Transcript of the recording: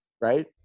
right